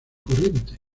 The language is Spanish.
corriente